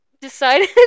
decided